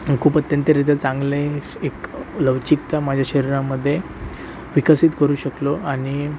खूप अत्यंत रित्या चांगले एक लवचिकता माझ्या शरीरामध्ये विकसित करू शकलो आणि